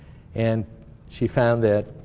and she found that